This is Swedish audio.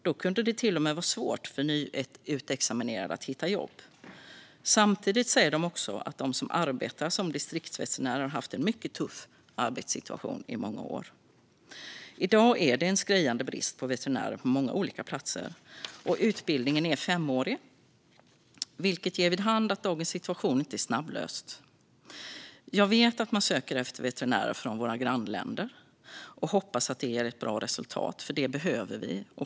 Då kunde det till och med vara svårt för nyutexaminerade att hitta jobb. Samtidigt säger de också att de som arbetar som distriktsveterinärer har haft en mycket tuff arbetssituation i många år. I dag är det en skriande brist på veterinärer på många olika platser. Utbildningen är femårig, vilket ger vid hand att dagens situation inte är snabblöst. Jag vet att man söker efter veterinärer från våra grannländer och hoppas att det ger ett bra resultat, för det behöver vi.